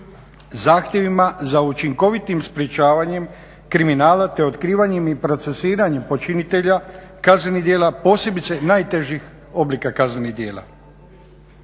zahtjevima za učinkovitim sprečavanjem kriminala te otkrivanjem i procesuiranjem počinitelja kaznenih djela, posebice najtežih oblika kaznenih djela.